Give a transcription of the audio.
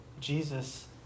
Jesus